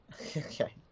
Okay